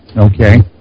Okay